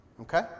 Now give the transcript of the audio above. Okay